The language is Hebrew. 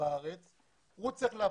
בצדק נאמר כאן על הנושא של אי פריסת תשתיות